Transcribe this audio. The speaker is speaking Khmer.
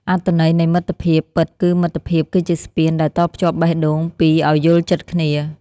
អត្ថន័យនៃមិត្តភាពពិត គឺមិត្តភាពគឺជាស្ពានដែលតភ្ជាប់បេះដូងពីរឱ្យយល់ចិត្តគ្នា។